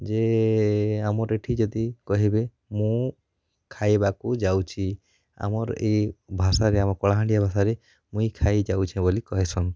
ଯେ ଆମର ଏଇଠି ଯଦି କହିବେ ମୁଁ ଖାଇବାକୁ ଯାଉଛି ଆମର ଏ ଭାଷାରେ ଆମ କଳାହାଣ୍ଡିଆ ଭାଷାରେ ମୁଇଁ ଖାଇ ଯାଉଛେ ବୋଲି କହେସନ